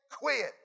quit